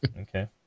Okay